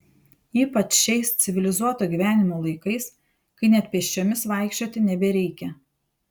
ypač šiais civilizuoto gyvenimo laikais kai net pėsčiomis vaikščioti nebereikia